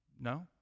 No